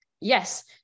Yes